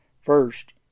first